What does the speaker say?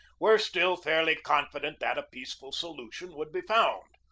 were still fairly confident that a peaceful solution would be found.